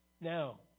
Now